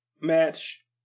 match